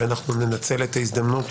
ננצל את ההזדמנות